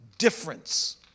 difference